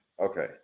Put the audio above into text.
Okay